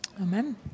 Amen